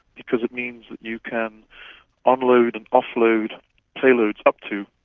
because it means that you can on-load and offload payloads up to,